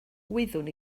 wyddwn